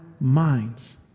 minds